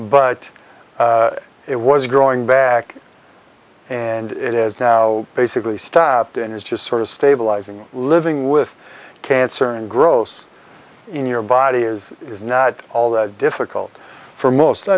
but it was growing back and it is now basically stabbed and it's just sort of stabilizing living with cancer and gross in your body is is not all that difficult for most i